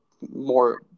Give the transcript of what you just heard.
more